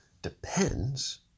depends